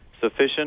Sufficient